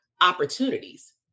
opportunities